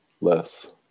less